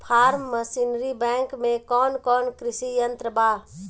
Form machinery bank में कौन कौन कृषि यंत्र बा?